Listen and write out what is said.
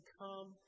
come